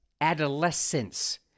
Adolescence